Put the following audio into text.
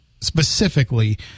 specifically